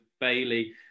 Bailey